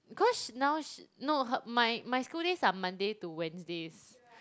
cause now she no her my my school days are Mondays to Wednesdays